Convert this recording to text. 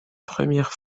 première